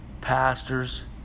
pastors